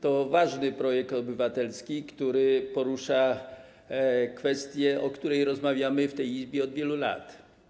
To ważny projekt obywatelski, poruszający kwestię, o której rozmawiamy w tej Izbie od wielu lat.